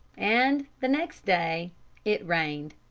and the next day it rained.